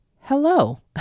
hello